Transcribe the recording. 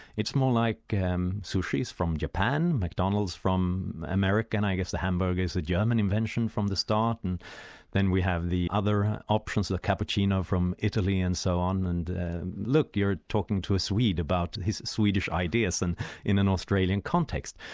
it's more like um sushi is from japan, mcdonald's from america and i guess the hamburger is a german invention from the start, and then we have the other options, the cappuccino from italy and so on, and look, you're talking to a swede about his swedish ideas, and in an australian context.